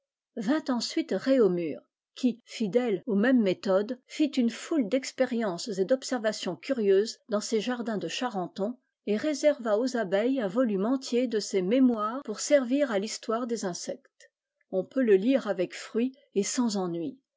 vint ensuite réaumur qui fidèle aux mêmes méthodes fit une foule d'expériences et d'observations curieuses dans ses jardins de charenton et réserva aux abeilles un volume entier de ses mémoires pour servir à t histoire de insectes on peut le lire avec fruit et sans ennui